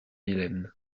dilemme